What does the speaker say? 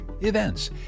events